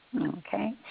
Okay